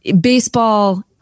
baseball